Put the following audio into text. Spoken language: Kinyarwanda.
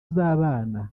z’abana